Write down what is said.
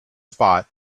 spot